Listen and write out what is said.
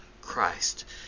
Christ